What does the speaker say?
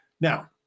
Now